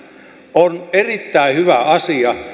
on erittäin hyvä asia